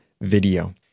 video